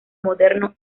moderno